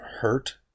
hurt